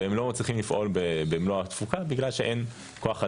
הם לא מצלחים לפעול במלוא התפוקה בגלל שאין כוח אדם.